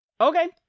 Okay